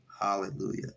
Hallelujah